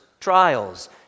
trials